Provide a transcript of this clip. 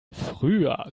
früher